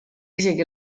isegi